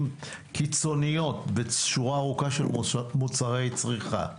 קיצוניות בשורה ארוכה של מוצרי צריכה.